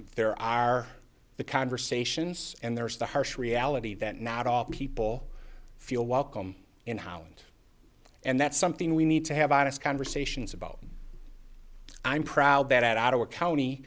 there are the conversations and there is the harsh reality that not all people feel welcome in holland and that's something we need to have honest conversations about i'm proud that at our county